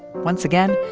once again,